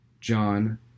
John